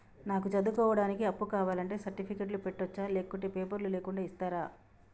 నాకు చదువుకోవడానికి అప్పు కావాలంటే సర్టిఫికెట్లు పెట్టొచ్చా లేకుంటే పేపర్లు లేకుండా ఇస్తరా?